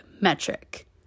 metric